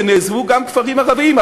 ונעזבו גם כפרים ערביים,